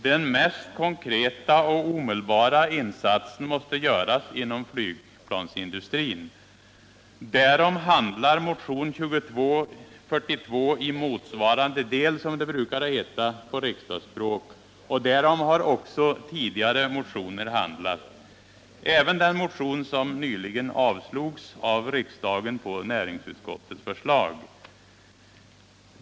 Den mest konkreta och omedelbara insatsen måste göras inom flygplansindustrin. Därom handlar motion 2242 i motsvarande del, som det brukar heta på riksdagsspråk, och därom har också tidigare motioner handlat — även den motion som nyligen avslogs av riksdagen på näringsutskottets förslag.